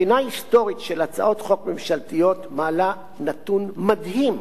בחינה היסטורית של הצעות חוק ממשלתיות מעלה נתון מדהים: